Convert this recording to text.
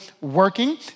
working